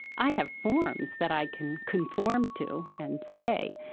i have forms that i can conform to and say,